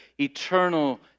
eternal